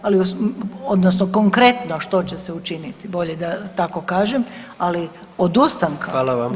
Ali, odnosno konkretno što će se učiniti, bolje da tako kažem, ali odustanka nema.